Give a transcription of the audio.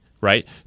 right